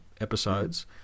episodes